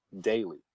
daily